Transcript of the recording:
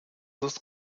ist